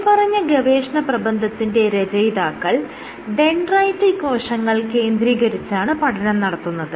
മേല്പറഞ്ഞ ഗവേഷണപ്രബന്ധത്തിന്റെ രചയിതാക്കൾ ഡെൻഡ്രൈറ്റിക് കോശങ്ങൾ കേന്ദ്രീകരിച്ചാണ് പഠനം നടത്തുന്നത്